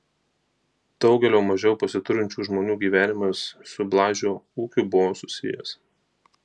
daugelio mažiau pasiturinčių žmonių gyvenimas su blažio ūkiu buvo susijęs